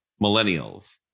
millennials